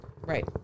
right